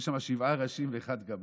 יש שם שבעה ראשים ואחד גמד.